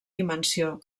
dimensió